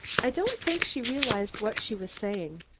i don't think she realized what she was saying.